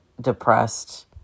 depressed